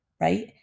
right